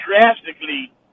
drastically